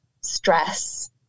stress